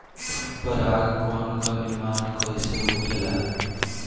पराग कण क निर्माण कइसे होखेला?